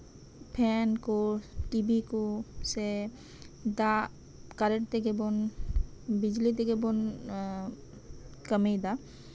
fan ᱠᱚ ᱴᱷᱤᱠ ᱠᱚᱥᱮ ᱫᱟᱜ ᱠᱟᱨᱮᱱᱴ ᱵᱤᱡᱞᱤ ᱛᱮᱜᱮ ᱵᱚᱱ ᱠᱟᱹᱢᱤᱭᱫᱟ